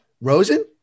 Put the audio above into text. Rosen